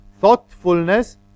Thoughtfulness